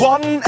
One